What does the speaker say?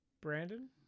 Brandon